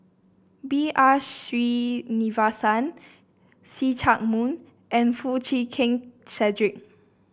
B R Sreenivasan See Chak Mun and Foo Chee Keng Cedric